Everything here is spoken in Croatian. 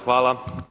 Hvala.